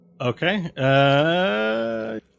okay